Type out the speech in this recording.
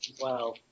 Wow